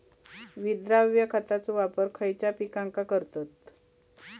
विद्राव्य खताचो वापर खयच्या पिकांका करतत?